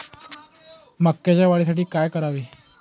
मकाच्या वाढीसाठी काय करावे?